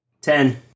Ten